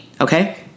okay